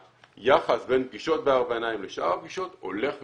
שהיחס בין פגישות בארבע עיניים לשאר הפגישות הולך ומצטמצם,